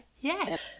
yes